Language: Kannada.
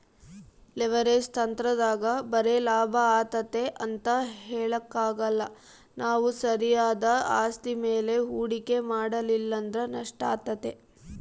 ಲೆವೆರೇಜ್ ತಂತ್ರದಾಗ ಬರೆ ಲಾಭ ಆತತೆ ಅಂತ ಹೇಳಕಾಕ್ಕಲ್ಲ ನಾವು ಸರಿಯಾದ ಆಸ್ತಿ ಮೇಲೆ ಹೂಡಿಕೆ ಮಾಡಲಿಲ್ಲಂದ್ರ ನಷ್ಟಾತತೆ